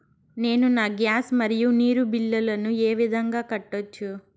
నేను నా గ్యాస్, మరియు నీరు బిల్లులను ఏ విధంగా కట్టొచ్చు?